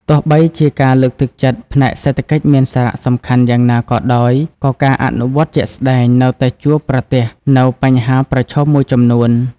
ទោះបីជាការលើកទឹកចិត្តផ្នែកសេដ្ឋកិច្ចមានសារៈសំខាន់យ៉ាងណាក៏ដោយ ក៏ការអនុវត្តជាក់ស្តែងនៅតែជួបប្រទះនូវបញ្ហាប្រឈមមួយចំនួន។